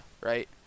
right